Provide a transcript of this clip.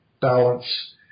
balance